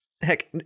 heck